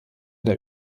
der